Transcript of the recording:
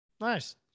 Nice